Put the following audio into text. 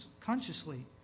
consciously